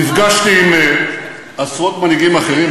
נפגשתי עם עשרות מנהיגים אחרים,